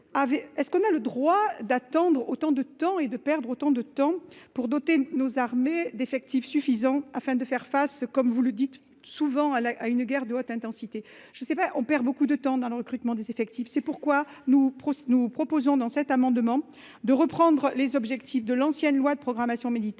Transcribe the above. est ce qu'on a le droit d'attendre autant de temps et de perdre autant de temps pour doter nos armées d'effectifs suffisants afin de faire face, comme vous le dites souvent à la, à une guerre doit intensité je sais pas on perd beaucoup de temps dans le recrutement des effectifs. C'est pourquoi nous procès nous proposons dans cet amendement de reprendre les objectifs de l'ancienne loi de programmation militaire